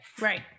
Right